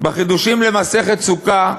בחידושים למסכת סוכה,